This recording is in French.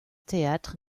théâtre